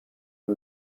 aho